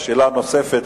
שאלה נוספת,